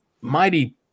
mighty